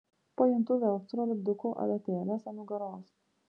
pajuntu velcro lipdukų adatėles ant nugaros